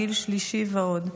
גיל שלישי ועוד.